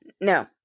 No